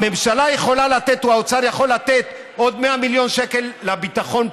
הממשלה או האוצר יכול לתת עוד 100 מיליון שקל לביטחון פנים,